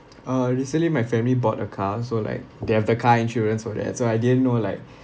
uh recently my family bought a car so like they have the car insurance for that so I didn't know like